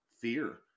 fear